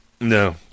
No